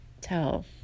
tell